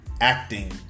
acting